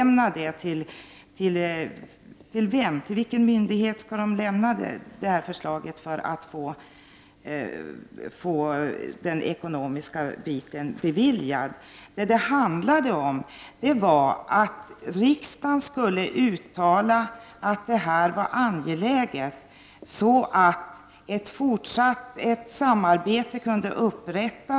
Men till vilken myndighet skall de lämna in sitt förslag för att deras ansökan om ekonomiskt bidrag skall kunna beviljas? Vår motion handlade om att riksdagen skulle uttala att detta var angeläget, så att ett samarbete kunde upprättas.